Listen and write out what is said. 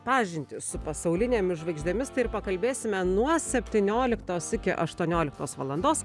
pažintį su pasaulinėmis žvaigždėmis ir pakalbėsime nuo septynioliktos iki aštuonioliktos valandos